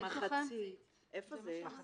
זה 29,000. זה לא מתאים